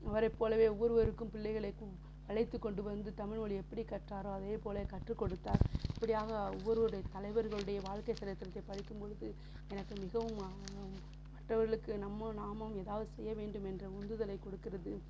அவரை போலவே ஒவ்வொருவருக்கும் பிள்ளைகளுக்கும் அழைத்துக் கொண்டுவந்து தமிழ் மொழி எப்படி கற்றாரோ அதே போல் கற்றுக்கொடுத்தார் இப்படியாக ஒவ்வொருவருடைய தலைவர்களுடைய வாழ்க்கை சரித்திரத்தை படிக்கும்பொழுது எனக்கு மிகவும் மற்றவர்களுக்கு நம்ம நாமும் எதாவது செய்ய வேண்டும் என்ற உந்துதலை கொடுக்கிறது